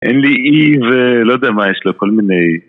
אין לי אי, ולא יודע מה יש לו, כל מיני...